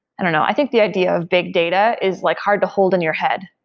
i don't know, i think the idea of big data is like hard to hold in your head,